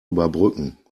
überbrücken